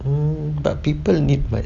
mm but people need [what]